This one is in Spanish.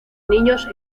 niños